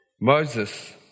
Moses